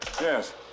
Yes